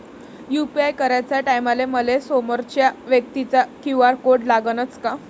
UPI कराच्या टायमाले मले समोरच्या व्यक्तीचा क्यू.आर कोड लागनच का?